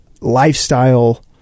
lifestyle